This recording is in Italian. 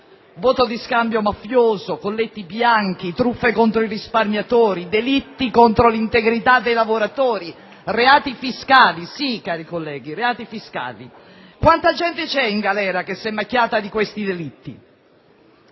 Voto di scambio mafioso, colletti bianchi, truffe contro i risparmiatori, delitti contro l'integrità dei lavoratori, reati fiscali, sì, cari colleghi, reati fiscali. Quanta gente c'è in galera che si è macchiata di questi delitti?